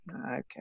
Okay